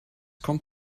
kommt